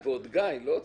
ועוד גיא, לא סתם.